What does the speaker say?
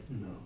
No